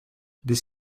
this